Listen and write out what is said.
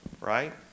right